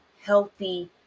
healthy